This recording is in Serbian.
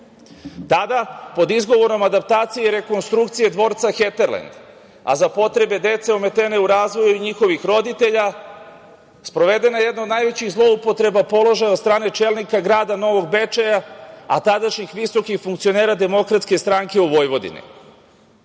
Tada, pod izgovorom adaptacije i rekonstrukcije dvorca „Heterlend“, a za potrebe dece ometene u razvoju i njihovih roditelja, sprovedena je jedna od najvećih zloupotreba položaja od strane čelnika grada Novog Bečeja, a tadašnjih visokih funkcionera DS u Vojvodini. Tadašnji